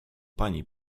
pani